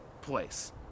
place